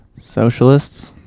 socialists